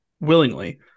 willingly